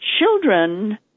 children